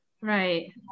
Right